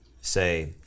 say